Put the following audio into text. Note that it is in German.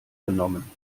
genommen